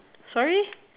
sorry